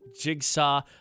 Jigsaw